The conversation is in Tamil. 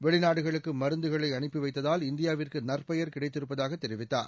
வெளிநாடுகளுக்கு மருந்துகளை அனுப்பி வைத்ததால் இந்தியாவிற்கு நற்பெயர் கிடைத்திருப்பதாகத் தெரிவித்தார்